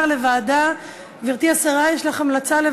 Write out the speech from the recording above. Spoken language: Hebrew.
(הוראת שעה לשנת 2015),